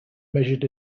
measured